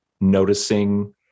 noticing